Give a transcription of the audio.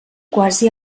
quasi